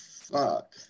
fuck